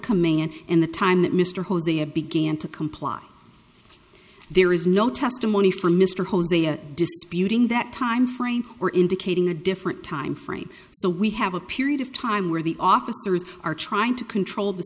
command and the time that mr hosea began to comply there is no testimony from mr hosea disputing that time frame or indicating a different time frame so we have a period of time where the officers are trying to control the